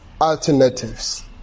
alternatives